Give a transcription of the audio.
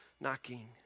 knocking